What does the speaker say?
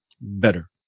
better